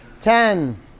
Ten